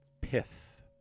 Pith